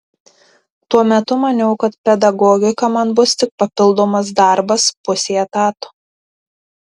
tuo metu maniau kad pedagogika man bus tik papildomas darbas pusei etato